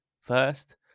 first